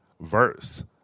verse